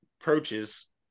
approaches